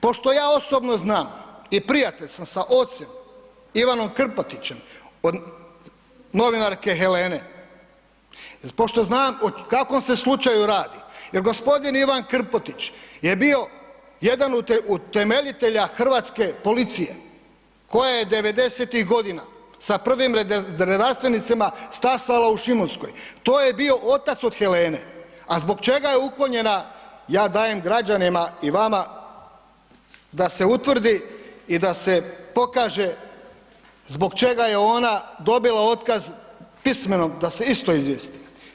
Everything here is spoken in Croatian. Pošto ja osobno znam i prijatelj sam sa ocem Ivanom Krmpotićem od novinarke Helene, pošto znam o kakvom se slučaju radi jer g. Ivan Krmpotić je bio jedan od utemeljitelja hrvatske policije koja je '90.-tih godina sa prvim redarstvenicima stasala u Šimunskoj, to je bio otac od Helene, a zbog čega je uklonjena, ja dajem građanima i vama da se utvrdi i da se pokaže zbog čega je ona dobila otkaz, pismeno da se isto izvijesti.